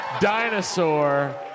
dinosaur